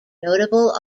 notable